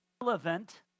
relevant